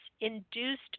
induced